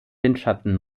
windschatten